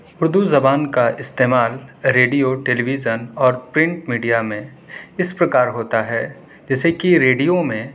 اردو زبان کا استعمال ریڈیو ٹیلی وِژن اور پرنٹ میڈیا میں اس پرکار ہوتا ہے جیسے کہ ریڈیو میں